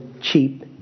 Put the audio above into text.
cheap